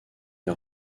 est